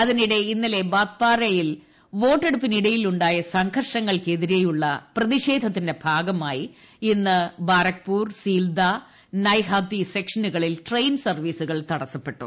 അതിനിടെ ഇന്നലെ ബാത്പാരയിൽ വോട്ടെടുപ്പിനിടയിലുണ്ടായ സംഘർഷങ്ങൾക്കെതിരെയുള്ള പ്രതിഷേധത്തിന്റെ ഭാഗമായി ഇന്ന് ബാരക്പൂർ സീൽദാ നൈഹാത്തി സെക്ഷനുകളിൽ ട്രെയിൻ സർവ്വീസുകൾ തടസ്സപ്പെട്ടു